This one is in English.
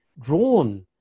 drawn